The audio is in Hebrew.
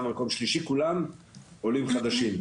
גם מקום שלישי כולם עולים חדשים,